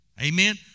Amen